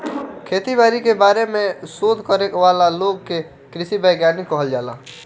खेती बारी के बारे में शोध करे वाला लोग के कृषि वैज्ञानिक कहल जाला